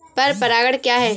पर परागण क्या है?